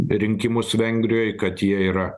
rinkimus vengrijoj kad jie yra